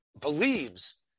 believes